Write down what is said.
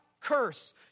Curse